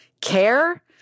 care